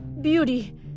Beauty